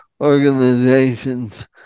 organizations